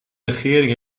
regering